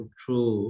true